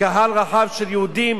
קהל רחב של יהודים,